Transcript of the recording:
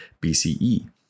BCE